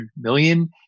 million